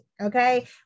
okay